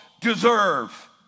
deserve